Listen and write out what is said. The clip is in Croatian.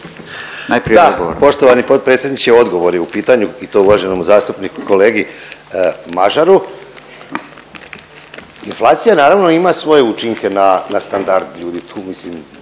Da, poštovani potpredsjedniče odgovor je u pitanju i to uvaženom zastupniku kolegi Mažaru. Inflacija naravno ima svoje učinke na standard ljudi,